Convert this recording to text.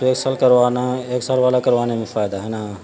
تو ایک سال کروانا ایک سال والا کروانے میں فائدہ ہے نا